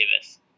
Davis